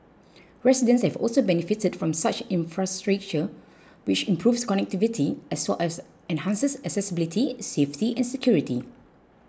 residents have also benefited from such infrastructure which improves connectivity as well as enhances accessibility safety and security